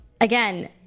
Again